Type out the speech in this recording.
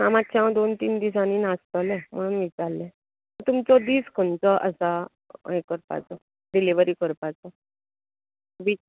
ना मात्शें हांव दोन तीन दिसांनी नासतलें म्हणून विचाल्लें तुमचो दीस खंयचो आसा ह्यें करपाचो डिलीवरी करपाचो दीस